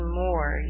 more